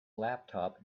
laptop